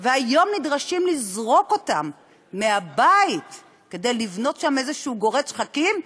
והיום נדרשים לזרוק אותם מהבית כדי לבנות שם איזה גורד שחקים,